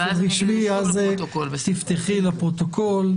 ואז תדברי לפרוטוקול.